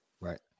Right